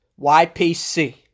YPC